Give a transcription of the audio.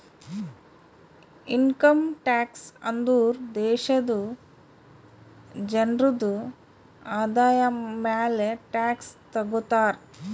income tax ಅಂದುರ್ ದೇಶಾದು ಜನ್ರುದು ಆದಾಯ ಮ್ಯಾಲ ಟ್ಯಾಕ್ಸ್ ತಗೊತಾರ್